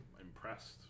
Impressed